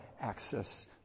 access